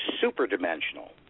super-dimensional